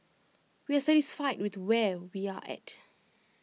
we are satisfied with where we are at